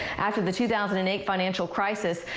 after the two thousand and eight financial crisis,